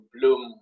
Bloom